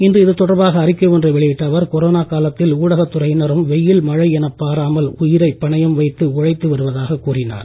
இன்று இதுதொடர்பாக அறிக்கை ஒன்றை வெளியிட்ட அவர் கொரோனா காலத்தில் ஊடகத்துறையினரும் வெயில் மழை எனப் பாராமல் உயிரை பணயம் வைத்து உழைத்து வருவதாகக் கூறினார்